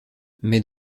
mais